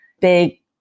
big